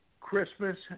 Christmas